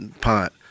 pot